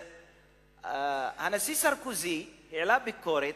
הנשיא סרקוזי העלה ביקורת.